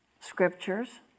scriptures